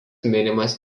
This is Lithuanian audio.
minimas